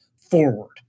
forward